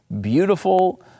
beautiful